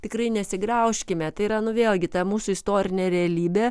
tikrai nesigraužkime tai yra nu vėlgi ta mūsų istorinė realybė